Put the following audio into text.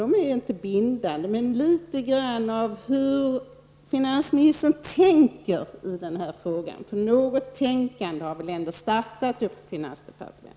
De är inte bindande, men jag skulle vilja veta litet grand om hur finansministern tänker i den här frågan. Något tänkande har väl ändå startat på finansdepartementet.